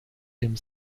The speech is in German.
dem